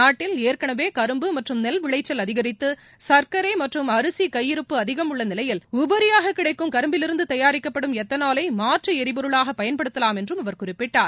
நாட்டில் ஏற்கனவே கரும்பு மற்றும் நெல் விளைக்கல் அதிகரித்து சர்க்கரை மற்றும் அரிசி கையிருப்பு அதிகம் உள்ள நிலையில் உபரியாகக் கிடைக்கும் கரும்பிலிருந்து தயாரிக்கப்படும் எத்தனாலை மாற்று எரிபொருளாகப் பயன்படுத்தலாம் என்றும் அவர் குறிப்பிட்டார்